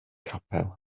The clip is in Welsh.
capel